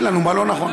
זה לא נכון.